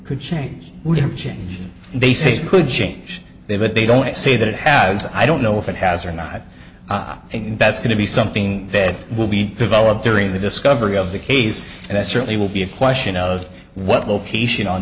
could change wouldn't change and they say could change they but they don't say that it has i don't know if it has or not op and that's going to be something that will be developed during the discovery of the haze and that certainly will be a question of what location on